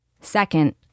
Second